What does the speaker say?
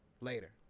later